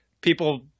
people